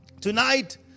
tonight